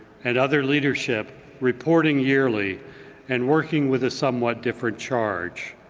and other leadership reporting yearly and working with a somewhat difference charge.